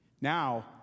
Now